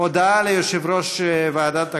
הודעה ליושב-ראש ועדת הכנסת.